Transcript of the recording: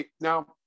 Now